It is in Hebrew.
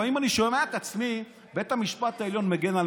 לפעמים אני שומע את עצמי: בית המשפט העליון מגן על